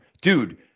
dude